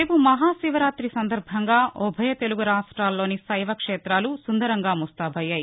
రేపు మహాశివరాతి సందర్భంగా ఉభయ తెలుగు రాష్ట్రాలలోని తైప క్షేతాలు సుందరంగా ముస్తాబయ్యాయి